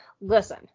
Listen